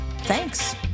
Thanks